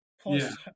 Plus